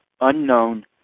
unknown